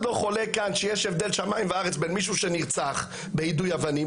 לא חולק כאן שיש הבדל שמים וארץ בין מישהו שנרצח ביידוי אבנים,